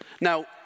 Now